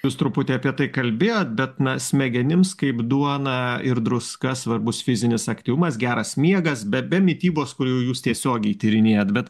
jūs truputį apie tai kalbėjot bet na smegenims kaip duona ir druska svarbus fizinis aktyvumas geras miegas be be mitybos kur jau jūs tiesiogiai tyrinėjat bet